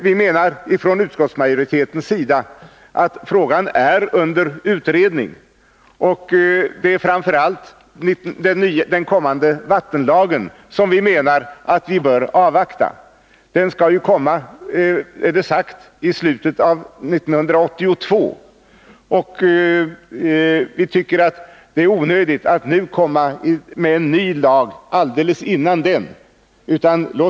Vi säger från utskottsmajoritetens sida att frågan är under utredning, och det är framför allt den kommande vattenlagen som vi menar att vi bör avvakta. Den skall komma, är det sagt, i slutet av 1982. Vi tycker att det är onödigt att nu komma med en ny detaljlag alldeles innan denna fullständiga lag kommer.